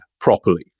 properly